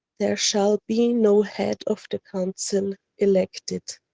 there shall be no head of the council elected